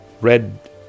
red